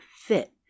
fit